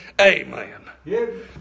Amen